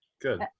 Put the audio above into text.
good